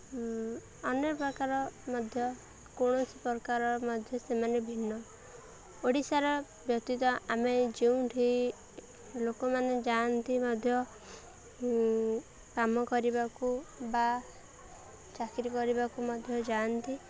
ଅନ୍ୟ ପ୍ରକାର ମଧ୍ୟ କୌଣସି ପ୍ରକାର ମଧ୍ୟ ସେମାନେ ଭିନ୍ନ ଓଡ଼ିଶାର ବ୍ୟତୀତ ଆମେ ଯେଉଁଠି ଲୋକମାନେ ଯାଆନ୍ତି ମଧ୍ୟ କାମ କରିବାକୁ ବା ଚାକିରୀ କରିବାକୁ ମଧ୍ୟ ଯାଆନ୍ତି